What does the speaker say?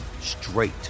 straight